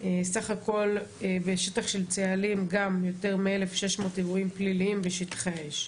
סך הכל בשטח של צאלים גם יותר מ-1,600 אירועים פליליים בשטחי האש.